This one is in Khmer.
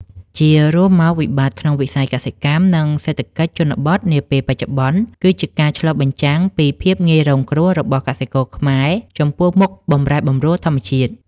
ជារួមមក វិបត្តិក្នុងវិស័យកសិកម្ម និងសេដ្ឋកិច្ចជនបទនាពេលបច្ចុប្បន្ន គឺជាការឆ្លុះបញ្ចាំងពីភាពងាយរងគ្រោះរបស់កសិករខ្មែរចំពោះមុខបម្រែបម្រួលធម្មជាតិ។